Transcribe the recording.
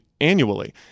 annually